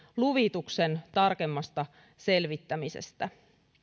luvituksen tarkemmasta selvittämisestä